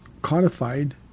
codified